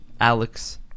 Alex